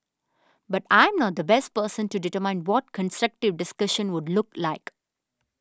but I am not the best person to determine what constructive discussion would look like